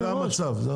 כי זה המצב, זה המצב.